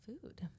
food